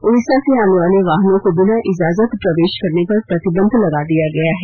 उड़ीसा से आने वाले वाहनों को बिना इजाजत प्रवेश करने पर प्रतिबंध लगा दिया गया है